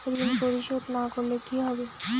ঋণ পরিশোধ না করলে কি হবে?